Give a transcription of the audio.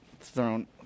thrown